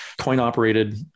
coin-operated